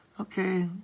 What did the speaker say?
okay